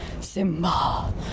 Simba